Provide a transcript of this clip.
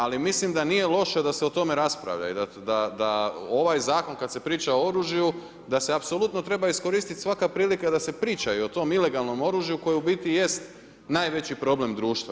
Ali mislim da nije loše da se o tome raspravlja i da ovaj zakon kada se priča o oružju da se apsolutno treba iskoristiti svaka prilika da se priča i o tom ilegalnom oružju koje u biti jest najveći problem društva.